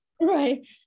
Right